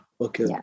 Okay